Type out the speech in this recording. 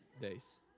days